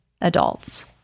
adults